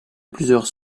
plusieurs